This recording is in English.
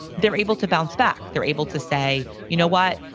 they're able to bounce back. they're able to say, you know what,